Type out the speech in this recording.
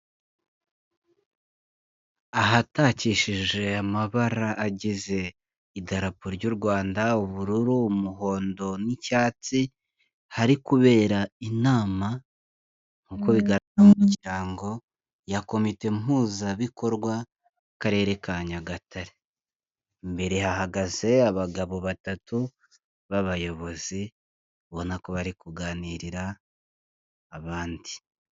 Ahatakishije amabara agize idarapo ry'u Rwanda: ubururu, umuhondo n'icyatsi. Hari kubera inama nk'uko bigaragara n'impuzamiryango ya komite mpuzabikorwa y'Akarere ka Nyagatare. Imbere hahagaze abagabo batatu b'abayobozi, ubona ko bari kuganirira abandi.